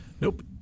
Nope